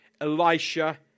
Elisha